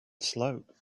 slope